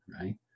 right